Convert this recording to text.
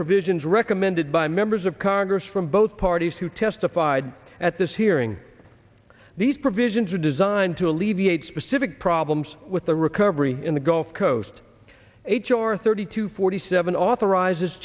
provisions recommended by members of congress from both parties who testified at this hearing these provisions are designed to alleviate specific problems with the recovery in the gulf coast h r thirty to forty seven authorizes